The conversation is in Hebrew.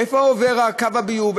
איפה עובר קו הביוב,